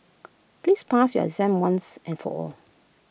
please pass your exam once and for all